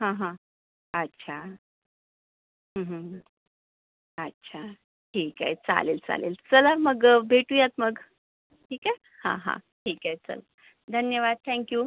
हां हां अच्छा अच्छा ठीक आहे चालेल चालेल चला मग भेटूयात मग ठीक आहे हां हां ठीक आहे चल धन्यवाद थॅंक्यू